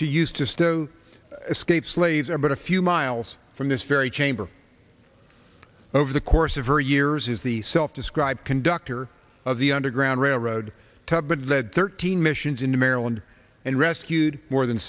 she used to stow escaped slaves are but a few miles from this very chamber over the course of her years is the self described conductor of the underground railroad to but that thirteen missions into maryland and rescued more than